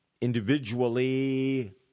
individually